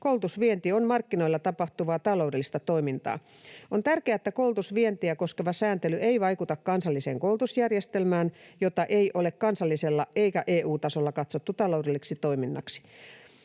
koulutusvienti on markkinoilla tapahtuvaa taloudellista toimintaa. On tärkeää, että koulutusvientiä koskeva sääntely ei vaikuta kansalliseen koulutusjärjestelmään, jota ei ole kansallisella eikä EU-tasolla katsottu taloudelliseksi toiminnaksi.